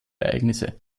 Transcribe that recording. ereignisse